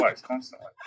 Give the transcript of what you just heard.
constantly